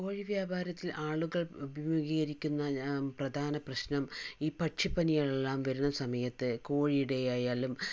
കോഴി വ്യാപാരത്തിൽ ആളുകൾ അഭിമുഖീകരിക്കുന്ന പ്രധാന പ്രശ്നം ഈ പക്ഷിപ്പനി എല്ലാം വരുന്ന സമയത്ത് കോഴീടെ ആയാലും